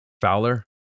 Fowler